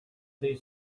see